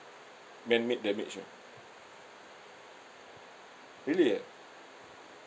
manmade damage ah really ah